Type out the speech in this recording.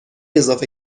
اضافه